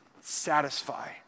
satisfy